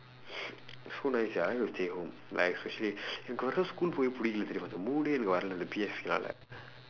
so nice sia I want to stay at home like especially if got no school போகவே பிடிக்கல தெரியுமா இந்த:pookavee pidikkala theriyumaa indtha